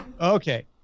Okay